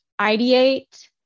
ideate